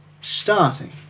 starting